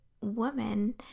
woman